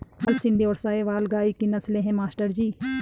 लाल सिंधी और साहिवाल गाय की नस्लें हैं मास्टर जी